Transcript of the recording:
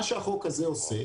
מה שהחוק הזה עושה,